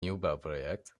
nieuwbouwproject